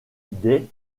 des